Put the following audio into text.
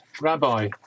Rabbi